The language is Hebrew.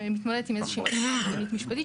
מתמודדת עם איזה שהיא התמודדות משפטית